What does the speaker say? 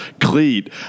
cleat